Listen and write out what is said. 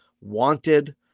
wanted